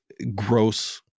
gross